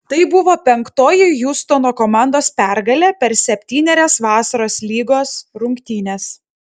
tai buvo penktoji hjustono komandos pergalė per septynerias vasaros lygos rungtynes